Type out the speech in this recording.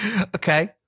Okay